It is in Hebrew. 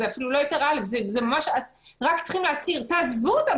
לא היתר א' תעזבו אותם,